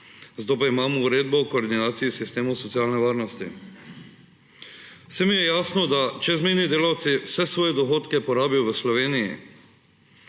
Zato pa imamo Uredbo o koordinaciji sistemov socialne varnosti. Vsem je jasno, da čezmejni delavci vse svoje dohodke porabijo v Sloveniji,